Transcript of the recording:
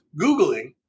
Googling